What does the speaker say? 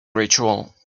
ritual